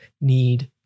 need